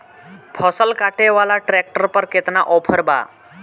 फसल काटे वाला ट्रैक्टर पर केतना ऑफर बा?